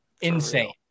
Insane